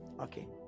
Okay